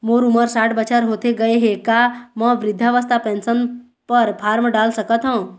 मोर उमर साठ बछर होथे गए हे का म वृद्धावस्था पेंशन पर फार्म डाल सकत हंव?